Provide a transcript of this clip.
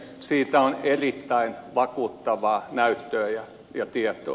siitä on erittäin vakuuttavaa näyttöä ja tietoa